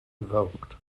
evoked